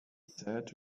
said